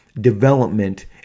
development